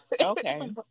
okay